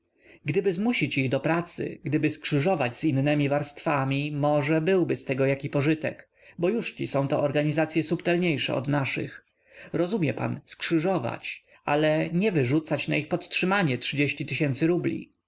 gdyby zmusić ich do pracy gdyby skrzyżować z innemi warstwami może byłby z tego jaki pożytek bo jużci są to organizacye subtelniejsze od naszych rozumie pan skrzyżować ale nie wyrzucać na podtrzymanie ich rubli